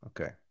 Okay